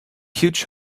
huge